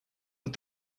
but